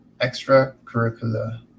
extracurricular